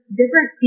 different